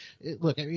Look